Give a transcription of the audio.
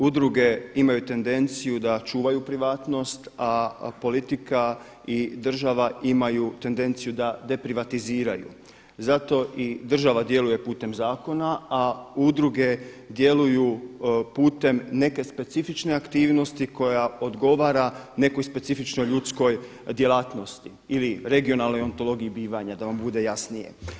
Udruge imaju tendenciju da čuvaju privatnost, a politika i država imaju tendenciju da deprivatiziraju zato i država djeluje putem zakona, a udruge djeluju putem neke specifične aktivnosti koja odgovara nekoj specifičnoj ljudskoj djelatnosti ili regionalnoj antologiji bivanja da vam bude jasnije.